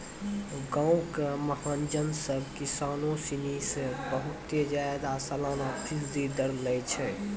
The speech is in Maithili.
गांवो के महाजन सभ किसानो सिनी से बहुते ज्यादा सलाना फीसदी दर लै छै